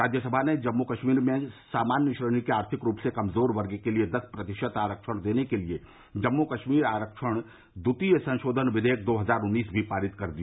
राज्यसभा ने जम्मू कश्मीर में सामान्य श्रेणी के आर्थिक रूप से कमजोर वर्ग के लिए दस प्रतिशत आरक्षण देने के लिए जम्मू कस्मीर आरक्षण द्वितीय संशोधन विघेयक दो हजार उन्नीस भी पारित कर दिया